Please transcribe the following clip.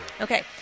Okay